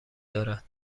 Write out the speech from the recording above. دارد